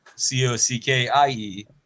C-O-C-K-I-E